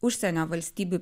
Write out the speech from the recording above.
užsienio valstybių